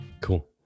cool